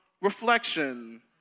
reflection